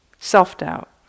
Self-doubt